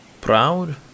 Proud